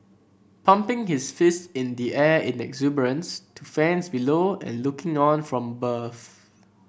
pumping his fist in the air in the exuberance to fans below and looking on from above